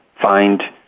find